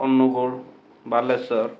Angul Balasore